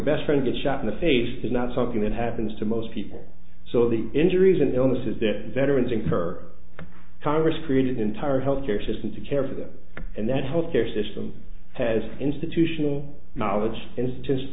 best friend is shot in the face is not something that happens to most people so the injuries and illnesses that veterans incur congress created an entire health care system to care for them and that health care system has institutional knowledge i